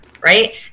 right